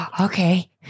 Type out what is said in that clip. Okay